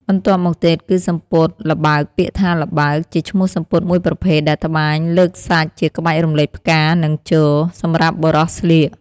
បន្ទាប់់មកទៀតគឺសំពត់ល្ប់ើកពាក្យថា«ល្បើក» ជាឈ្មោះសំពត់មួយប្រភេទដែលត្បាញលើកសាច់ ជាក្បាច់រំលេចផ្កានិងជរ, សម្រាប់បុរសស្លៀក។